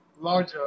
larger